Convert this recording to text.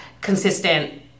consistent